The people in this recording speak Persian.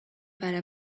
برای